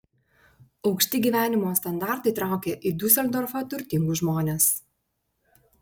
aukšti gyvenimo standartai traukia į diuseldorfą turtingus žmones